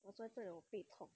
我坐在这我背痛